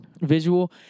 Visual